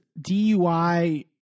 DUI